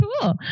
cool